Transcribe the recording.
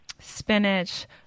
spinach